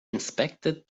inspected